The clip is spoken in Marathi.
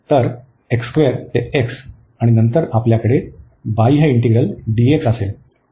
तर ते x आणि नंतर आपल्याकडे बाह्य इंटीग्रल dx असेल